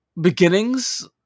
beginnings